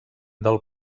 del